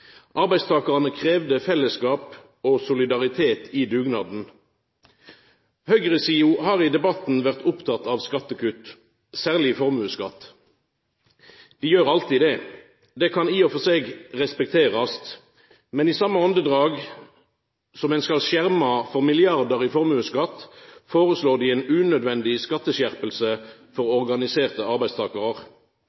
Arbeidstakarane kravde fellesskap og solidaritet i dugnaden. Høgresida har i debatten vore oppteken av skattekutt, særleg formuesskatt. Dei er alltid det. Det kan i og for seg respekterast. Men i same andedrag som ein skal skjerma for milliardar i formuesskatt, forslår dei ei unødig skatteskjerping for